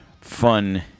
fun